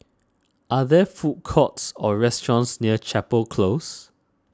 are there food courts or restaurants near Chapel Close